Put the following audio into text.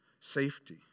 safety